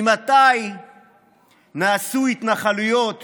ממתי נעשו התנחלויות